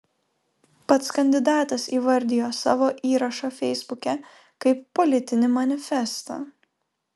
pats kandidatas įvardijo savo įrašą feisbuke kaip politinį manifestą